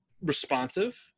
responsive